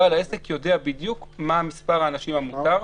בעל העסק יודע בדיוק מה מספר האנשים המותר,